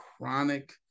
chronic